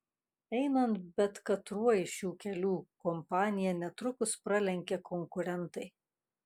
einant bet katruo iš šių kelių kompaniją netrukus pralenkia konkurentai